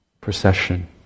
procession